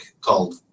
called